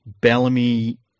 Bellamy